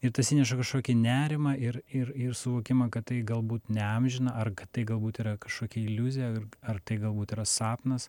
ir tas įneša kažkokį nerimą ir ir ir suvokimą kad tai galbūt neamžina ar tai galbūt yra kažkokia iliuzija ar tai galbūt yra sapnas